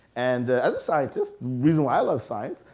and as a scientist, reason why i love science,